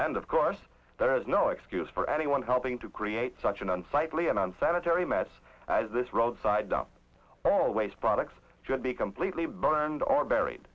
and of course there is no excuse for anyone helping to create such an unsightly and on sanitary mess this roadside always products should be completely burned or buried